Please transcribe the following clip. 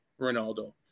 Ronaldo